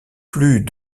plus